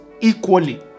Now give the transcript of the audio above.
equally